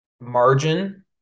margin